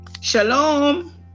Shalom